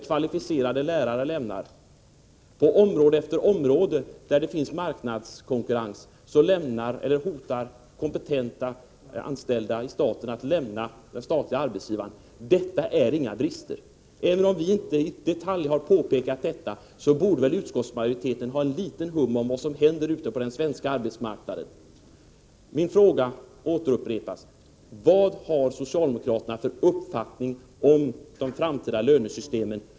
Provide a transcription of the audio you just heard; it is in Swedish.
Kvalificerade lärare lämnar dem. På område efter område där det finns marknadskonkurrens hotar kompetenta anställda att lämna den statliga arbetsgivaren. Är inte detta brister? Även om vi inte i detalj har påpekat detta, borde väl utskottsmajoriteten ha litet hum om vad som händer ute på den svenska arbetsmarknaden. Min fråga återupprepas: Vad har socialdemokraterna för uppfattning om de framtida lönesystemen?